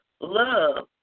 love